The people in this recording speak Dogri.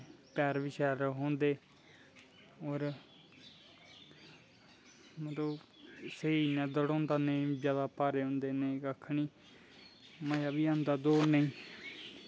होले बूट होंदे पैर बी शैल रखोंदे होर मतलव शैल इयैां दड़ौंदा नेंई भारे होंदे नेंई कक्ख नी मज़ा बी औंदा दौड़नें गी